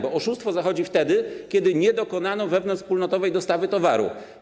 Bo oszustwo zachodzi wtedy, kiedy nie dokonano wewnątrzwspólnotowej dostawy towaru.